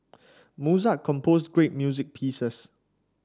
Mozart composed great music pieces